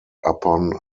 upon